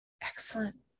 Excellent